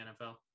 NFL